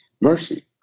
mercy